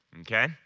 Okay